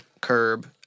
Curb